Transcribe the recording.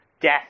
death